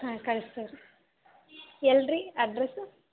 ಹಾಂ ಕಳಿಸ್ತೇವೆ ರೀ ಎಲ್ಲಿ ರೀ ಅಡ್ರೆಸ್ಸು